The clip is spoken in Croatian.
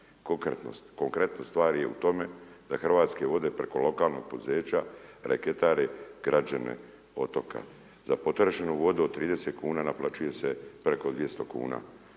Konkretno stvar je u tome da Hrvatske vode preko lokalnog poduzeća reketare građane otoka. Za potrošenu vodu od 30 kuna naplaćuje se preko 200 kuna.